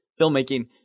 filmmaking